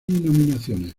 nominaciones